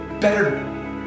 better